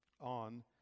on